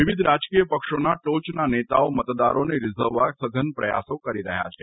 વિવિધ રાજકીય પક્ષોના ટોચના નેતાઓ મતદારોને રીઝવવા સઘન પ્રયાસો કરી રહ્યા છે